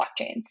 blockchains